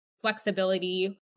flexibility